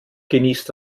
genießt